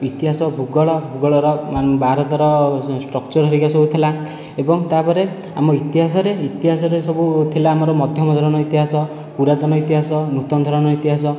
ଇତିହାସ ଭୂଗୋଳ ଭୂଗୋଳର ମାନେ ଭାରତର ଷ୍ଟ୍ରକଚର ହରିକା ସବୁ ଥିଲା ଏବଂ ତା'ପରେ ଆମ ଇତିହାସରେ ଇତିହାସରେ ସବୁ ଥିଲା ଆମର ମଧ୍ୟମ ଧରଣର ଇତିହାସ ପୁରାତନ ଇତିହାସ ନୂତନ ଧରଣର ଇତିହାସ